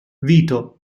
vito